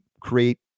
create